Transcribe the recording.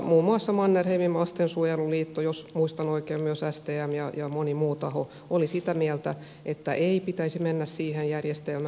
muun muassa mannerheimin lastensuojeluliitto ja jos muistan oikein myös stm ja moni muu taho olivat sitä mieltä että ei pitäisi mennä siihen järjestelmään